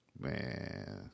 Man